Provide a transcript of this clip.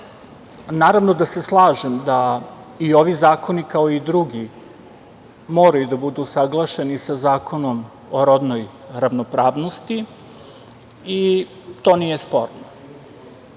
Naravno da se slažem da i ovi zakoni, kao i drugi, moraju da budu usaglašeni sa Zakonom o rodnoj ravnopravnosti i to nije sporno. Ono